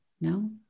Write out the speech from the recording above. No